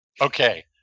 Okay